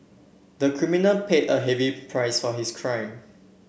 the criminal paid a heavy price for his crime